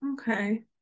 Okay